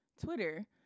Twitter